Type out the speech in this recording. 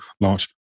launch